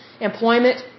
employment